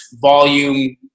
volume